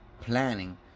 planning